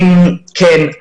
תודה.